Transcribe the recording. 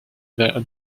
their